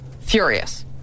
furious